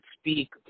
speak